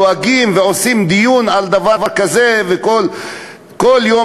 דואגים ועושים דיון על דבר כזה וכל יום